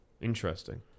Interesting